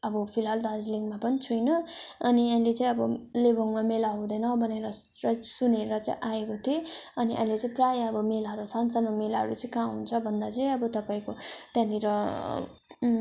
अब फिलहाल दार्जिलिङमा पनि छुइनँ अनि अहिले चाहिँ अब लेबोङमा मेला हुँदैन भनेर सुनर चाहिँ आएको थिएँ अनि अहिले चाहिँ प्रायः अब मेलाहरू सान्सानु मेलाहरू चाहिँ कहाँ हुन्छ भन्दा चाहिँ तपाईँको त्यहाँनिर